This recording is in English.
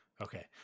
Okay